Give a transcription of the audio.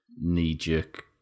knee-jerk